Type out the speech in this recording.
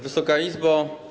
Wysoka Izbo!